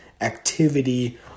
activity